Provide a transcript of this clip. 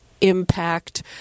impact